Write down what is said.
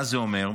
מה זה אומר?